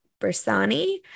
Bersani